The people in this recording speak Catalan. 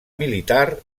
militar